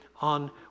on